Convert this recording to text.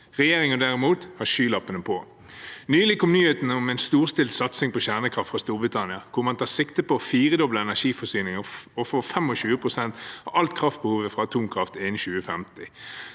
Regjeringen derimot har skylappene på. Nylig kom nyhetene om en storstilt satsing på kjernekraft fra Storbritannia, hvor man tar sikte på å firedoble energiforsyningen og få 25 pst. av alt kraftbehovet fra atomkraft innen 2050.